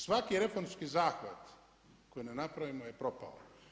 Svaki reformski zahvat koji ne napravimo je propao.